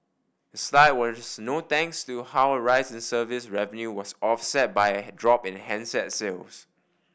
the slide was no thanks to how a rise in service revenue was offset by a drop in handset sales